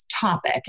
topic